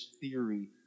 theory